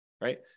right